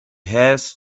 has